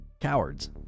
Cowards